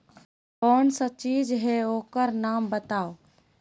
कौन सा चीज है ओकर नाम बताऊ?